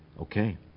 okay